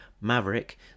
Maverick